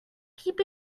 keep